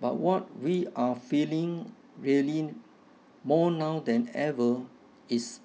but what we are feeling really more now than ever is